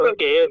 Okay